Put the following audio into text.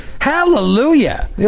Hallelujah